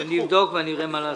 אבדוק ואראה מה לעשות.